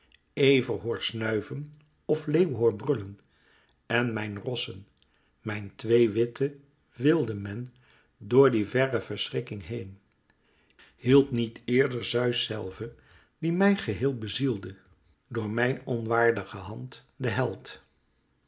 ever hoor snuiven of leeuw hoor brullen en mijn rossen mijn twee witte wilde men door die verre verschrikking heen hielp niet eerder zeus zelve die mij geheél bezielde door mijn onwaardige hand den held